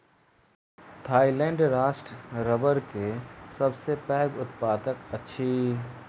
Thailand राष्ट्र रबड़ के सबसे पैघ उत्पादक अछि